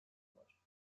var